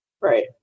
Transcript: Right